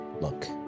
look